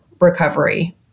recovery